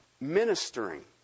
ministering